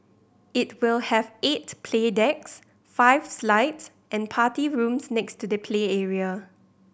it will have eight play decks five slides and party rooms next to the play area